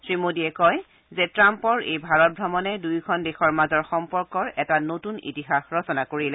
শ্ৰীমোদীয়ে কয় যে ট্ৰাম্পৰ এই ভাৰত ভ্ৰমণে দুইখন দেশৰ মাজৰ সম্পৰ্কৰ এটা নতুন ইতিহাস ৰচনা কৰিলে